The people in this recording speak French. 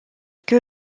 que